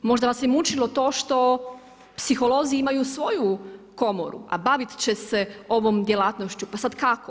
Možda vas je mučilo to što psiholozi imaju svoju komoru, a bavit će se ovom djelatnošću pa sad kako.